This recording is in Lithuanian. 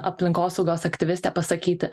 aplinkosaugos aktyvistė pasakyti